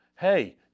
Hey